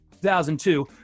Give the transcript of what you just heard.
2002